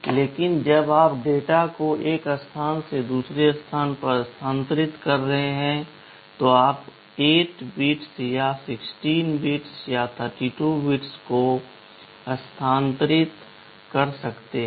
लेकिन जब आप डेटा को एक स्थान से दूसरे स्थान पर स्थानांतरित कर रहे हैं तो आप 8 बिट्स या 16 बिट्स या 32 बिट्स को स्थानांतरित कर सकते हैं